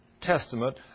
Testament